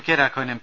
K Raghavan M